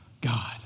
God